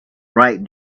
write